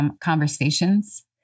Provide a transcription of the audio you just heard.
conversations